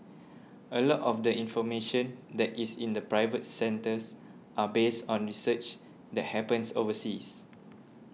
a lot of the information that is in the private centres are based on research that happens overseas